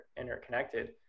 interconnected